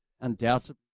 undoubtedly